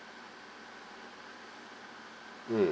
mm